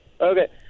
Okay